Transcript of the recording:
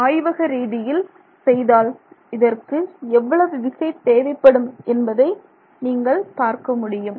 ஆய்வக ரீதியில் செய்தால் இதற்கு எவ்வளவு விசை தேவைப்படும் என்பதை நீங்கள் பார்க்க முடியும்